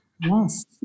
Yes